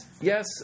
yes